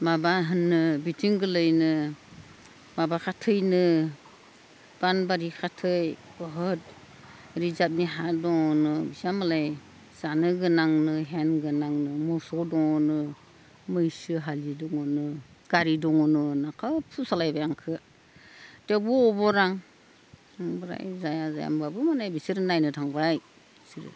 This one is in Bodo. माबा होनो बिथिं गोलैनो माबाखा थैनो फानबारि खाथै बहत रिजाबनि हा दङनो बिसामालाय जानो गोनांनो हेन गोनांनो मोसौ दङनो मैसो हालि दङनो गारि दङनो आंखौ थेवबो अबरा आं ओमफ्राय जाया जाया होनबाबो माने बिसोरो नायनो थांबाय बिसोरो